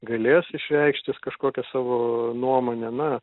galės išreikšt jis kažkokią savo nuomonę na